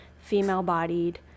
female-bodied